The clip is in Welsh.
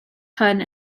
hwn